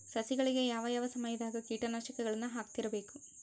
ಸಸಿಗಳಿಗೆ ಯಾವ ಯಾವ ಸಮಯದಾಗ ಕೇಟನಾಶಕಗಳನ್ನು ಹಾಕ್ತಿರಬೇಕು?